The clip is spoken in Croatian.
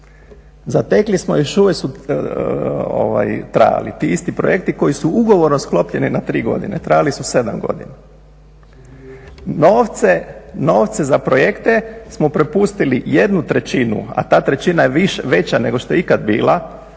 Zatekli smo ih i još uvijek su trajali ti isti projekti koji su ugovorom sklopljeni na tri godine, trajali su sedam godina. Novce za projekte smo propustili jednu trećinu, a ta trećina je veća nego što je ikad bila,